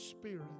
spirit